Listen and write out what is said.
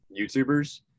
YouTubers